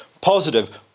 positive